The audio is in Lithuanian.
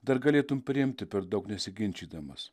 dar galėtum priimti per daug nesiginčydamas